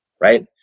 Right